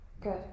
Good